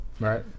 right